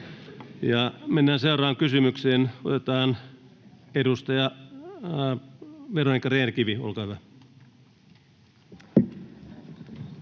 Mennään seuraavaan kysymykseen. — Edustaja Veronica Rehn-Kivi, olkaa hyvä.